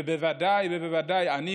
ובוודאי ובוודאי שאני,